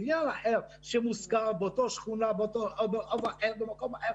בניין אחר שיושכר באותה שכונה או במקום אחר,